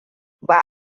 ba